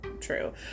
true